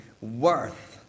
worth